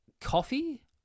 Coffee